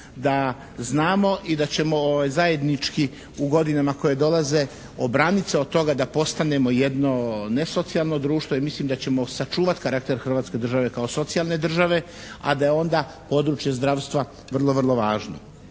da znamo i da ćemo zajednički u godinama koje dolaze obranite se od toga da postanemo jedno nesocijalno društvu i mislim da ćemo sačuvati karakter Hrvatske države kao socijalne države, a da je onda područje zdravstva vrlo vrlo važno.